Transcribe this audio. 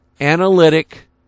analytic